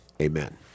amen